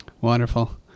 Wonderful